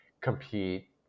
compete